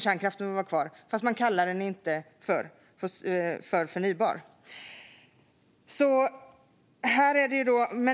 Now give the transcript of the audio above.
Kärnkraften ska få vara kvar, men man kallar den inte för förnybar.